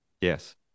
Yes